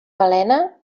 balena